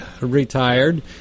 retired